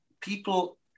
people